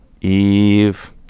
Eve